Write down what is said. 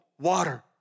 water